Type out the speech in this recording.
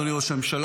אדוני ראש הממשלה,